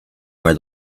where